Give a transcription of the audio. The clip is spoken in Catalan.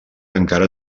encara